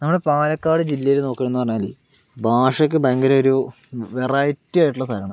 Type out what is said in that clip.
നമ്മുടെ പാലക്കാട് ജില്ലയില് നോക്കാന്ന് പറഞ്ഞാല് ഭാഷയ്ക്ക് ഭയങ്കര ഒരു വെറൈറ്റി ആയിട്ടുള്ള സ്ഥലാണ്